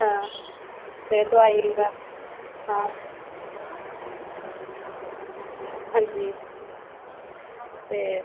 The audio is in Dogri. हां ते दवाई दा हां हां जी ते